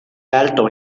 alto